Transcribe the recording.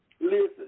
Listen